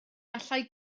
allai